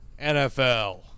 NFL